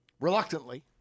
Reluctantly